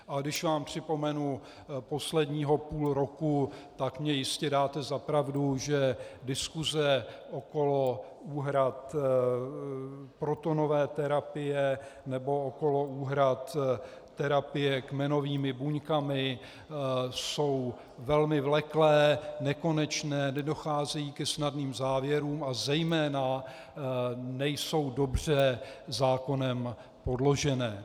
A když vám připomenu posledního půl roku, tak mně jistě dáte za pravdu, že diskuse okolo úhrad protonové terapie nebo okolo úhrad terapie kmenovými buňkami jsou velmi vleklé, nekonečné, nedocházejí ke snadným závěrům a zejména nejsou dobře zákonem podloženy.